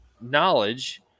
knowledge